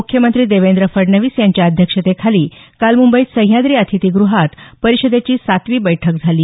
मुख्यमंत्री देवेंद्र फडणवीस यांच्या अध्यक्षतेखाली काल मुंबईत सह्याद्री अतिथीग्रहात परिषदेची सातवी बैठक झाली